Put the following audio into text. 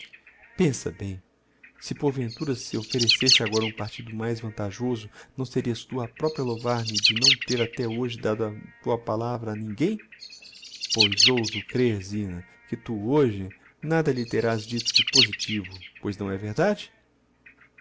pensa bem se porventura se offerecesse agora um partido mais vantajoso não serias tu a propria a louvar me de não ter até hoje dado a tua palavra a ninguem pois ouso crer zina que tu hoje nada lhe terás dito de positivo pois não é verdade